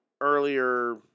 earlier